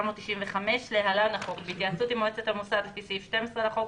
התשנ"ה-1995 (להלן החוק) בהתייעצות עם מועצת המוסד לפי סעיף 12 לחוק,